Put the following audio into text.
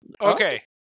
Okay